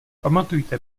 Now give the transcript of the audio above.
pamatujte